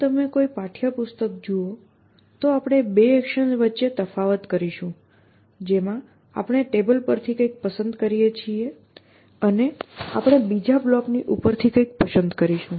જો તમે કોઈપણ પાઠય પુસ્તક જુઓ તો આપણે 2 એકશન્સ વચ્ચે તફાવત કરીશું જેમાં આપણે ટેબલ પર થી કંઈક પસંદ કરીએ છીએ અને આપણે બીજા બ્લોકની ઉપરથી કંઈક પસંદ કરીશું